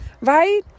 right